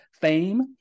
Fame